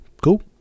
cool